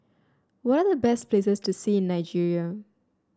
what are the best places to see in Nigeria